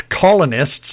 colonists